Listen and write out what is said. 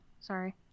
sorry